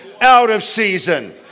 out-of-season